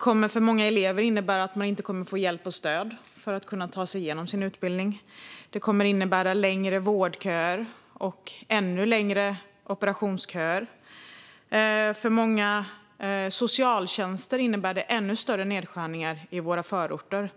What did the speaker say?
För många elever kommer detta att innebära att de inte kommer att få hjälp och stöd för att ta sig igenom sin utbildning. Det kommer att innebära längre vårdköer och ännu längre operationsköer. För många socialtjänster innebär det ännu större nedskärningar i förorterna.